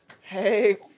Hey